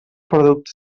producte